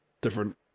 different